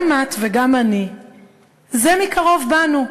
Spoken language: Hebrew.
גם את וגם אני זה מקרוב באנו,